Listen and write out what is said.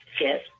Yes